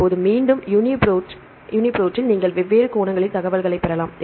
இப்போது மீண்டும் யுனிப்ரோட்டில் நீங்கள் வெவ்வேறு கோணங்களில் தகவல்களைப் பெறலாம்